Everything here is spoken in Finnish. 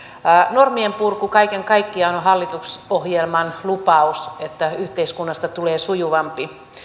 normien purku kaiken kaikkiaan on hallitusohjelman lupaus että yhteiskunnasta tulee sujuvampi